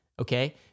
okay